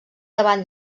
davant